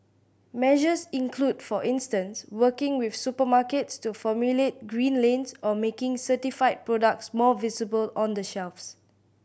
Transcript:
measures include for instance working with supermarkets to formulate green lanes or making certified products more visible on the shelves